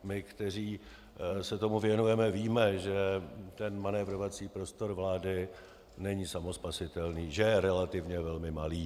My, kteří se tomu věnujeme, víme, že manévrovací prostor vlády není samospasitelný, že je relativně velmi malý.